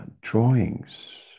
drawings